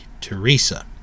Teresa